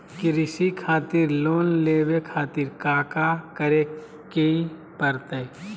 कृषि खातिर लोन लेवे खातिर काका करे की परतई?